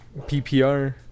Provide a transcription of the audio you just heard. PPR